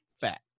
fat